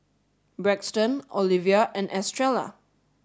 Braxton Olevia and Estrella